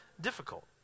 difficult